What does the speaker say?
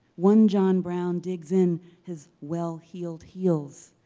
one john brown digs in his well-heeled heels,